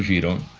you don't